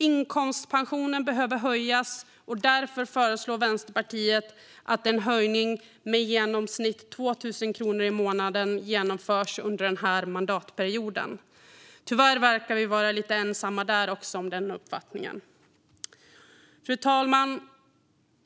Inkomstpensionen behöver höjas, och därför föreslår Vänsterpartiet att en höjning med i genomsnitt 2 000 kronor i månaden ska genomföras under den här mandatperioden. Tyvärr verkar vi vara lite ensamma om den uppfattningen också. Fru talman!